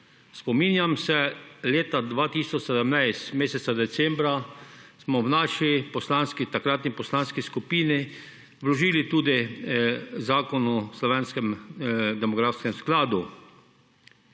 Spominjam se leta 2017, meseca decembra, smo v naši poslanski, takratni poslanski skupini, vložili tudi Zakon o slovenskem demografskem skladu.